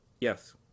yes